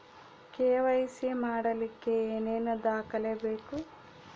KYC ಮಾಡಲಿಕ್ಕೆ ಏನೇನು ದಾಖಲೆಬೇಕು?